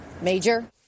Major